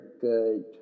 good